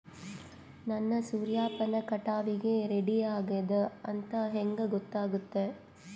ನನ್ನ ಸೂರ್ಯಪಾನ ಕಟಾವಿಗೆ ರೆಡಿ ಆಗೇದ ಅಂತ ಹೆಂಗ ಗೊತ್ತಾಗುತ್ತೆ?